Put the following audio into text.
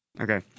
Okay